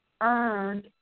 earned